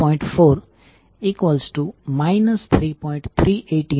2 19